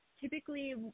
typically